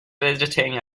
visiting